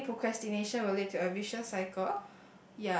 I think procrastination will lead to a vicious cycle